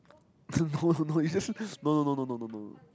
no no it's just no no no no no no